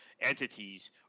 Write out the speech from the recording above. entities